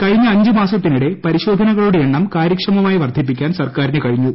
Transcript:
കഴിഞ്ഞ അഞ്ച് മാസത്തിനിടെ പരിശോധനകളുടെ എണ്ണം കാര്യക്ഷമമായി വർദ്ധിപ്പിക്കാൻ സർക്കാരിന് കഴിഞ്ഞു